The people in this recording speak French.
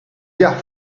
gares